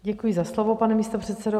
Děkuji za slovo, pane místopředsedo.